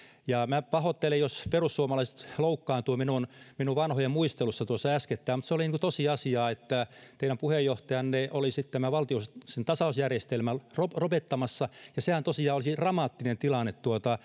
ja minä pahoittelen jos perussuomalaiset loukkaantuivat minun minun vanhojen muistelusta tuossa äskettäin mutta se oli tosiasiaa että teidän puheenjohtajanne olisi tämän valtiollisen tasausjärjestelmän ollut lopettamassa ja sehän tosiaan olisi dramaattinen tilanne